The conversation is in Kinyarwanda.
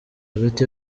hagati